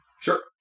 Sure